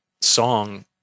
song